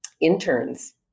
interns